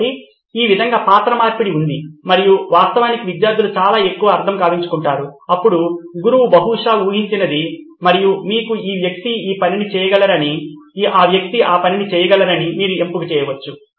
కాబట్టి ఈ విధంగా పాత్ర మార్పిడి ఉంది మరియు వాస్తవానికి విద్యార్థులు చాలా ఎక్కువ అర్థం కావించుకుంటారు అప్పుడు గురువు బహుశా ఊహించినది మరియు మీరు ఈ వ్యక్తి ఈ పనిని చేయగలరని మరియు ఆ వ్యక్తి ఆ పనిని చేయగలరని మీరు ఎంపిక చేసుకోవచ్చు